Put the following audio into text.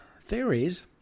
theories